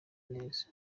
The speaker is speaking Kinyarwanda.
neza